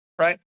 right